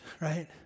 right